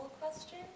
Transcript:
question